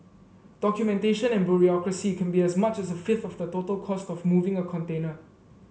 documentation and bureaucracy can be as much as a fifth of the total cost of moving a container